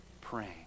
praying